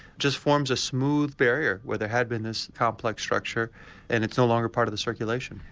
just forms a smooth barrier where there had been this complex structure and it's no longer part of the circulation.